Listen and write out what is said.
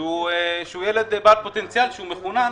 שהוא ילד בעל פוטנציאל שהוא מחונן,